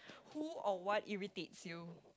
who or what irritates you